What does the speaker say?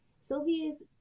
Sylvia's